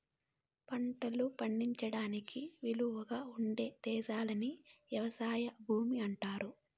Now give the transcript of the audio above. పంటలు పండించడానికి వీలుగా ఉండే పదేశాన్ని వ్యవసాయ భూమి అంటారు